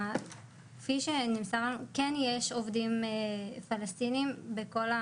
כפי שנמסר לנו כן יש עובדים פלשתינאים בכל,